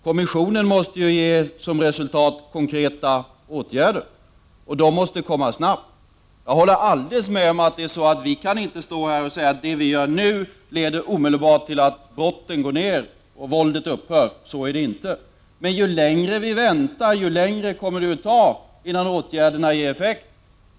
Kommissionen måste som resultat ge konkreta åtgärder, och de måste komma snabbt. Jag håller helt med om att vi inte kan stå här och säga att det vi gör nu leder omedelbart till att antalet brott går ner och att våldet upphör; så är det inte. Men ju längre vi väntar, desto längre kommer det att ta innan åtgärderna ger effekt.